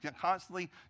constantly